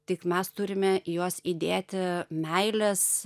tik mes turime į juos įdėti meilės